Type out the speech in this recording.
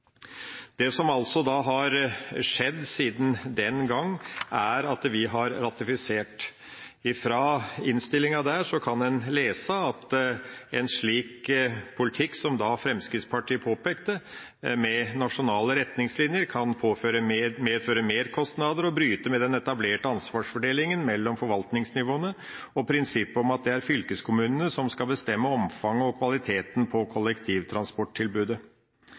Det som altså har skjedd siden den gang, er at vi har ratifisert. Fra innstillinga der kan en lese at en slik politikk som Fremskrittspartiet da påpekte, med nasjonale retningslinjer, kan «medføre merkostnader, og bryte med den etablerte ansvarsdelinga mellom forvaltningsnivåene og prinsippet om at det er fylkeskommunene som skal bestemme omfanget og kvaliteten på kollektivtransporttilbudet».